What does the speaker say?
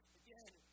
again